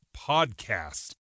Podcast